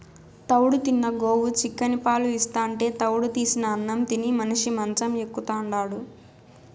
తౌడు తిన్న గోవు చిక్కని పాలు ఇస్తాంటే తౌడు తీసిన అన్నం తిని మనిషి మంచం ఎక్కుతాండాడు